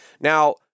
Now